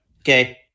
Okay